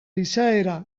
izaera